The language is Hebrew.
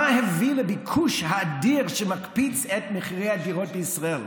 מה הביא לביקוש האדיר שמקפיץ את מחירי הדירות בישראל?